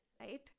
right